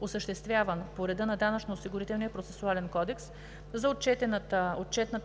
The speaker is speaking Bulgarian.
осъществяван по реда на Данъчно-осигурителния процесуален кодекс, за отчетната